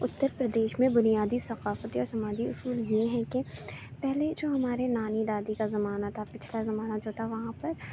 اتر پردیش میں بنیادی ثقافتی اور سماجی اصول یہ ہیں کہ پہلے جو ہمارے نانی دادی کا زمانہ تھا پچھلا زمانہ جو تھا وہاں پر